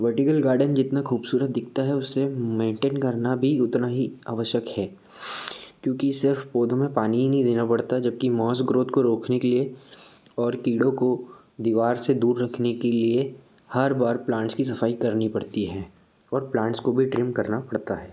vertical garden जितना ख़ूबसूरत दिखता है उसे मेनटेन करना भी उतना ही आवश्यक है क्योंकि सिर्फ़ पौधों में पानी ही नहीं देना पड़ता जब कि मॉस ग्रोथ को रोकने के लिए और कीड़ों को दीवार से दूर रखने के लिए हर बार प्लांट्स की सफ़ाई करनी पड़ती है और प्लांट्स को भी ट्रिम करना पड़ता है